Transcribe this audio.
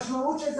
המשמעות של זה,